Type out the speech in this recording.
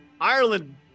Ireland